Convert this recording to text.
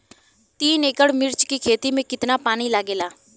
तीन एकड़ मिर्च की खेती में कितना पानी लागेला?